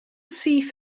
syth